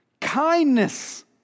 kindness